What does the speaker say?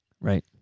Right